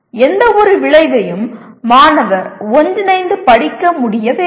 எந்தவொரு விளைவையும் மாணவர் ஒன்றிணைந்து படிக்க முடிய வேண்டும்